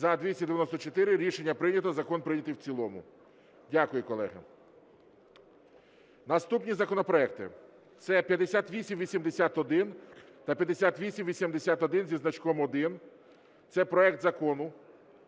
За-294 Рішення прийнято. Закон прийнятий в цілому. Дякую, колеги. Наступні законопроекти, це 5881 та 5881-1. Це проект Закону